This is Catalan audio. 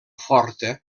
forta